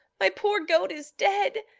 my poor goat is dead!